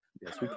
Yes